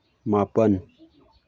ꯃꯥꯄꯜ